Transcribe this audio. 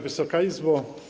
Wysoka Izbo!